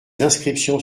inscriptions